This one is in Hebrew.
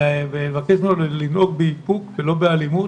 ולבקש ממנו לנהוג באיפוק ולא באלימות,